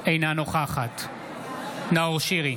אינה נוכחת נאור שירי,